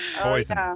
poison